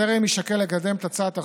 טרם יישקל לקדם את הצעת החוק,